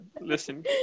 listen